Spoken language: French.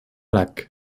lac